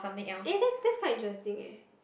eh that's that's quite interesting eh